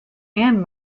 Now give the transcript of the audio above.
and